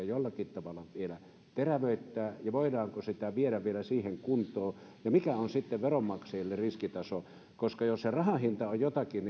jollakin tavalla vielä terävöittää ja voidaanko sitä viedä vielä siihen kuntoon ja mikä on sitten veronmaksajille riskitaso koska jos sen rahan hinta on jotakin